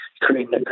creating